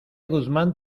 guzmán